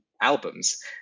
albums